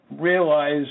realize